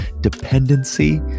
dependency